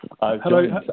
Hello